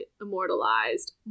immortalized